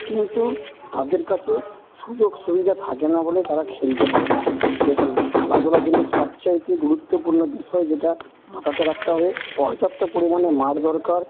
কিন্তু তাদের কাছে সুযোগ সুবিধা থাকে না বলে তারা খেলতে পারে না দেখুন খেলাধুলার জন্য সবচাইতে গুরুত্বপূর্ণ বিষয় যেটা মাথাতে রাখতে হবে পর্যাপ্ত পরিমাণে মাঠ দরকার